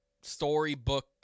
storybook